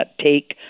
take –